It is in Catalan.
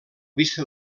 vista